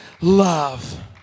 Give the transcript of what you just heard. love